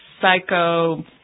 psycho